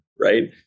right